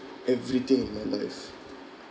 everything in my life